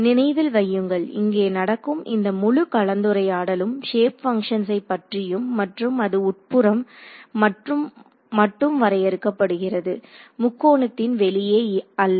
நினைவில் வையுங்கள் இங்கே நடக்கும் இந்த முழு கலந்துரையாடலும் ஷேப் பங்ஷன்ஸை பற்றியும் மற்றும் அது உட்புறம் மட்டும் வரையறுக்கப்படுகிறது முக்கோணத்தின் வெளியே அல்ல